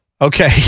Okay